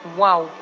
wow